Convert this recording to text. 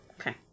Okay